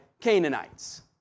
Canaanites